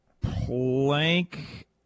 Plank